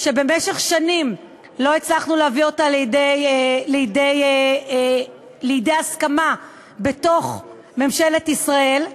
שבמשך שנים לא הצלחנו להביא אותה לידי הסכמה בתוך ממשלת ישראל.